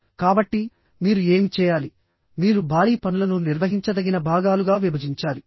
కాబట్టి మీరు ఏమి చేయాలి మీరు భారీ పనులను నిర్వహించదగిన భాగాలుగా విభజించాలి